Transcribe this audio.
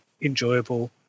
enjoyable